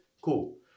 Cool